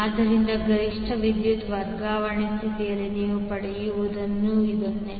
ಆದ್ದರಿಂದ ಗರಿಷ್ಠ ವಿದ್ಯುತ್ ವರ್ಗಾವಣೆ ಸ್ಥಿತಿಯಲ್ಲಿ ನೀವು ಪಡೆಯುವುದು ಇದನ್ನೇ